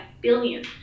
billion